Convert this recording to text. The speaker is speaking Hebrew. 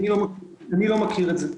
אני לא מכיר את זה.